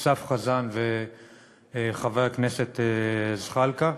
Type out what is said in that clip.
אסף חזן וחבר הכנסת זחאלקה.